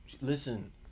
listen